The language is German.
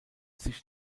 sich